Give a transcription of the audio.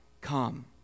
come